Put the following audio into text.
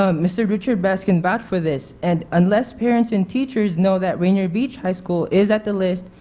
ah mr. richards best can vouch for this and unless parents and teachers know that rainier beach high school is at the list,